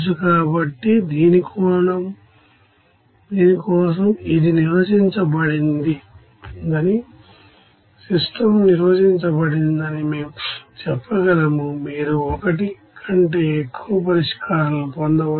కాబట్టి దీని కోసం ఇది నిర్వచించబడిందని సిస్టమ్ నిర్వచించబడిందని మేము చెప్పగలం మీరు ఒకటి కంటే ఎక్కువ పరిష్కారాలను పొందవచ్చు